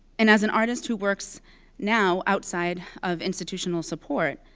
and as an artist who works now outside of institutional support,